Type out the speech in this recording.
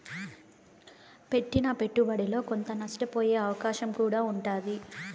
పెట్టిన పెట్టుబడిలో కొంత నష్టపోయే అవకాశం కూడా ఉంటాది